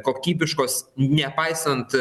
kokybiškos nepaisant